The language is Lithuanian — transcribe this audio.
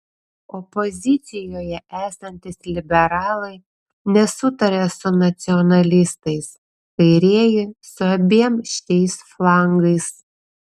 opozicijoje esantys liberalai nesutaria su nacionalistais kairieji su abiem šiais flangais